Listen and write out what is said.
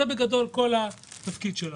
זה בגדול כל התפקיד שלנו.